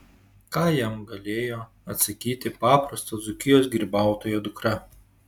ką jam galėjo atsakyti paprasto dzūkijos grybautojo dukra